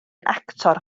actor